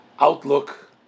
outlook